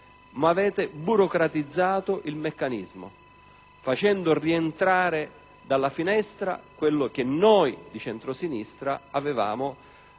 ma avete burocratizzato il meccanismo, facendo rientrare dalla finestra quello che noi del centrosinistra avevamo